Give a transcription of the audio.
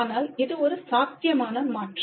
ஆனால் இது ஒரு சாத்தியமான மாற்று